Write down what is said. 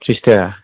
त्रिस दा